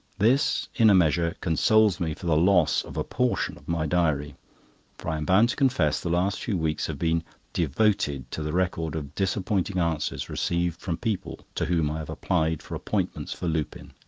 this, in a measure, consoles me for the loss of a portion of my diary for i am bound to confess the last few weeks have been devoted to the record of disappointing answers received from people to whom i have applied for appointments for lupin.